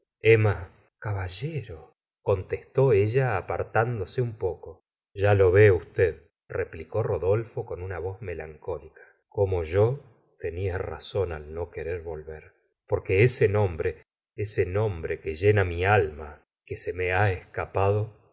emma caballero contestó ella apartándose un poco lo ve ustedreplicó rodolfo con una voz melancólicacomo yo tenía razón al no querer volver porque ese nombre ese nombre que llena mi alma y que se me ha escapado